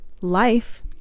life